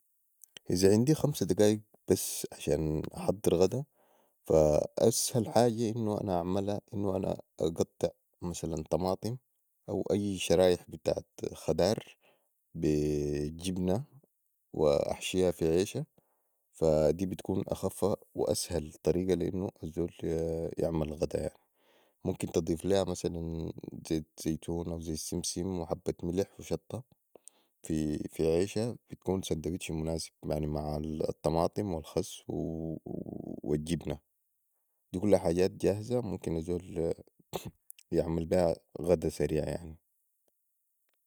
إذا عندي خمسه دقائق بس عشان احضر غدا فاسهل حاجه انو أنا اعملا اقطع مثلا طماطم او أي شرائح بتاعت خضار بي جبنه واحشيها في عيشه فا دي بتكون أخف واسهل طريقة لي انو الزول يعمل غدا يعني ممكن تضيف ليها مثلاً زين زيتون او زيت سمسم وحبت ملح وشطه في عيشه بتكون سندوتش مناسب يعني مع الطماطم والخس والجبنة دي كلها حجات جاهزة ممكن الزول يعمل بيها غدا سريع يعني